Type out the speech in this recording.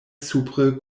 supre